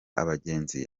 abagenzi